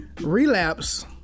Relapse